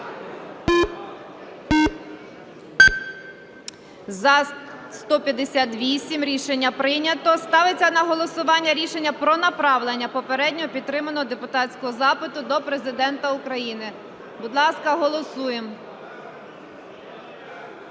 За-158 Рішення прийнято. Ставиться на голосування рішення про направлення попередньо підтриманого депутатського запиту до Президента України. Будь ласка, голосуємо.